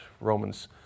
Romans